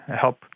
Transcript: help